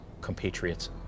compatriots